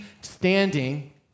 standing